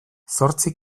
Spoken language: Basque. zortzi